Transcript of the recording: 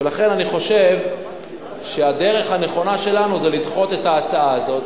ולכן אני חושב שהדרך הנכונה שלנו זה לדחות את ההצעה הזאת.